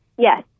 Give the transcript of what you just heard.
Yes